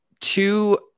two